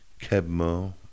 Kebmo